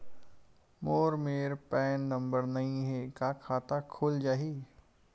मोर मेर PAN number नई हे का खाता खुल जाही?